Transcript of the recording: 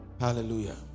Hallelujah